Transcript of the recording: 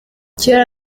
kera